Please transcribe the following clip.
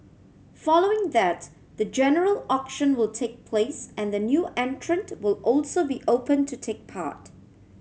following that the general auction will take place and the new entrant will also be open to take part